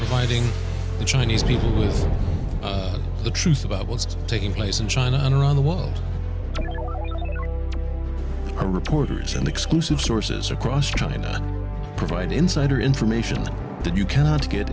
fighting the chinese people is the truth about what's taking place in china and around the world are reporters and exclusive sources across china provide insider information that you cannot get